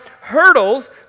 hurdles